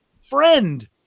friend